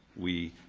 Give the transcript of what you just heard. we